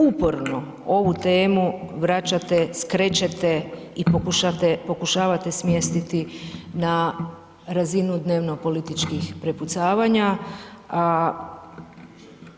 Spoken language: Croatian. Uporno ovu temu vraćate, skrećete i pokušavate smjestiti na razinu dnevnopolitičkih prepucavanja, a